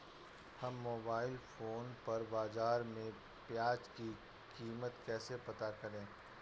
हम mobile phone पर बाज़ार में प्याज़ की कीमत कैसे पता करें?